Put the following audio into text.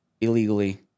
illegally